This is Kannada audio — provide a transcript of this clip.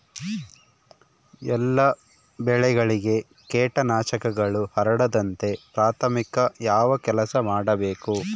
ಎಲ್ಲ ಬೆಳೆಗಳಿಗೆ ಕೇಟನಾಶಕಗಳು ಹರಡದಂತೆ ಪ್ರಾಥಮಿಕ ಯಾವ ಕೆಲಸ ಮಾಡಬೇಕು?